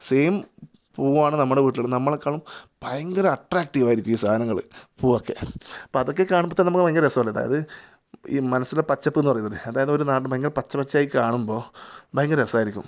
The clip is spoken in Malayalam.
സെയിം പൂവാണ് നമ്മുടെ വീട്ടിലുള്ളത് നമ്മളെക്കാളും ഭയങ്കര അട്ട്രാക്റ്റീവായിരിക്കും ഈ സാധനങ്ങൾ പൂവൊക്കെ അപ്പം അതൊക്കെ കാണുമ്പോൾ തന്നെ നമുക്ക് ഭയങ്കര രസമല്ലേ അതായത് ഈ മനസ്സിലെ പച്ചപ്പ് എന്നു പറയത്തില്ലേ അതായത് ഒരു നാട് ഭയങ്കര പച്ച പച്ചയായി കാണുമ്പോൾ ഭയങ്കര രസമായിരിക്കും